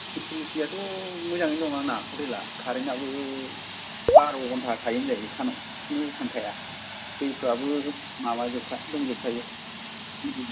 फिसिलिथियाथ' मोजांयैनो दंआंना हटेला खारेन आबो बार' गन्टा थायो होनजायो सानाव खुनु थांखाया दैफ्राबो माबा जोबखा दंजोब खायो रेदि जोबखा